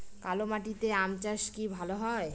কালো মাটিতে আম চাষ কি ভালো হয়?